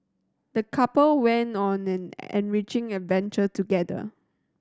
the couple went on an enriching adventure together